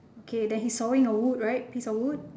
okay then he's sawing a wood right piece of wood